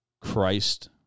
Christ